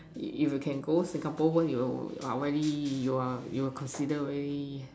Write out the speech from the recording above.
if you can go Singapore one you are really you are you considered really